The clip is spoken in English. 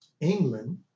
England